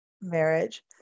marriage